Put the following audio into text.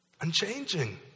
Unchanging